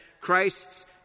Christ's